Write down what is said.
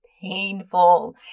painful